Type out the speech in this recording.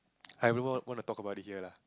I won't won't wanna talk about it here lah